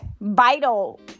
vital